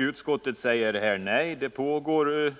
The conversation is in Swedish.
Utskottet säger nej till vårt krav och hänvisar till att det pågår